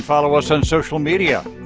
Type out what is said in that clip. follow us on social media.